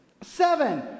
Seven